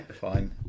Fine